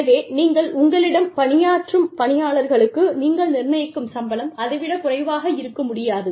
எனவே நீங்கள் உங்களிடம் பணியாற்றும் பணியாளர்களுக்கு நீங்கள் நிர்ணயிக்கும் சம்பளம் அதை விடக் குறைவாக இருக்க முடியாது